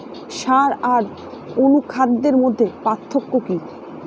সার ও অনুখাদ্যের মধ্যে পার্থক্য কি?